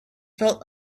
felt